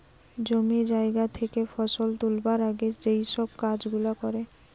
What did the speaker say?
জমি জায়গা থেকে ফসল তুলবার আগে যেই সব কাজ গুলা করে